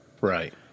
Right